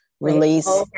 release